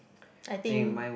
I think